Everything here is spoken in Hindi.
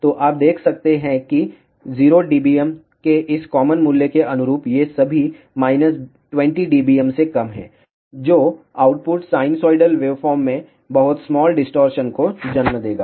तो आप देख सकते हैं कि 0 dBm के इस कॉमन मूल्य के अनुरूप ये सभी 20 dBm से कम हैं जो आउटपुट साइनसोइडल वेवफॉर्म में बहुत स्मॉल डिस्टॉर्शन को जन्म देगा